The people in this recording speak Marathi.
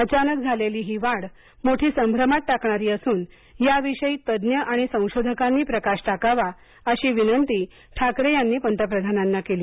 अचानक झालेली ही मोठी वाढ संभ्रमात टाकणारी असून याविषयी तज्ञ आणि संशोधकांनी प्रकाश टाकावा अशी विनंती ठाकरे यांनी पंतप्रधानांना केली